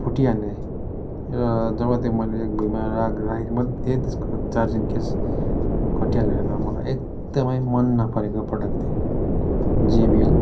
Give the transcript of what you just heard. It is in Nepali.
फुटिहाल्ने र जब त्यो मैले भुइँमा राख राखेको मात्रै थिएँ त्यसको चार्जिङ केस घटिया हालेर मलाई एकदमै मन नपरेको प्रोडक्ट त्यही जेबिएल